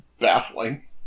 baffling